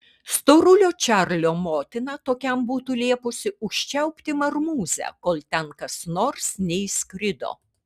storulio čarlio motina tokiam būtų liepusi užčiaupti marmūzę kol ten kas nors neįskrido